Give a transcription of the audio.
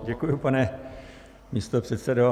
Děkuji, pane místopředsedo.